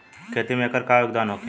खेती में एकर का योगदान होखे?